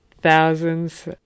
Thousands